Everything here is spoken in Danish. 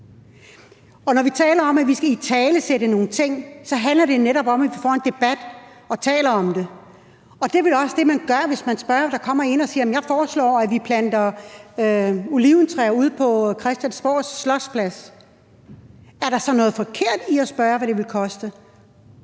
Når vi taler om, at vi skal italesætte nogle ting, så handler det netop om, at vi får en debat og taler om det. Og det er vel også det, man gør, hvis man spørger til det, når der kommer en og siger: Jeg foreslår, at vi planter oliventræer ude på Christiansborgs Slotsplads. Er der så noget forkert i at spørge, hvad det vil koste?